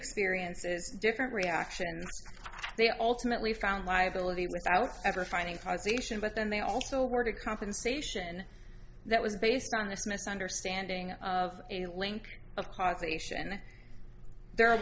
experiences and different reactions they alternately found liability without ever finding causation but then they also worded compensation that was based on this misunderstanding of a link of causation their